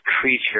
creature